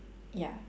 ya